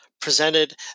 Presented